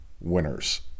winners